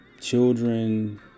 children